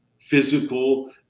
physical